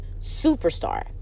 superstar